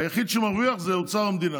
היחיד שמרוויח הוא אוצר המדינה,